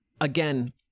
again